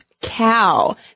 cow